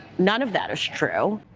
none of that is true.